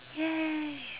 !yay!